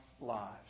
lives